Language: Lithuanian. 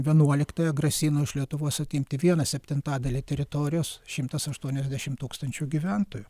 vienuoliktąją grasino iš lietuvos atimti vieną septintadalį teritorijos šimtas aštuoniasdešimt tūkstančių gyventojų